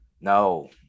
no